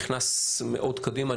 נכנס מאוד קדימה.